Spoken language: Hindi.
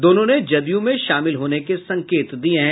दोनों ने जदयू में शामिल होने के संकेत दिये हैं